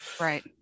Right